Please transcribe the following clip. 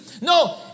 No